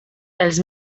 els